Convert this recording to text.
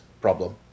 problem